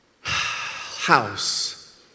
house